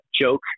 joke